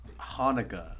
Hanukkah